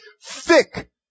thick